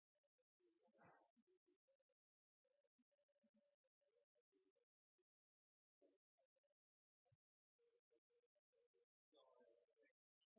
Takk,